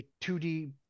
2D